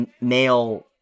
male